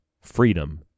freedom